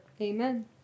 Amen